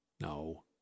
No